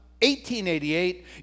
1888